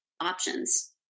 options